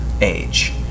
age